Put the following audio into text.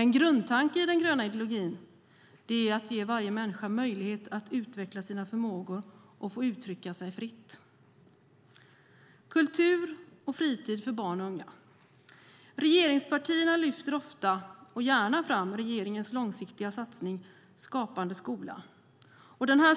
En grundtanke i den gröna ideologin är att ge varje människa möjlighet att utveckla sina förmågor och uttrycka sig fritt. Regeringspartierna lyfter ofta och gärna fram regeringens långsiktiga satsning Skapande skola.